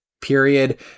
period